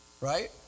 right